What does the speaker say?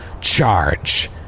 charge